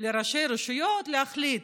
לראשי רשויות להחליט,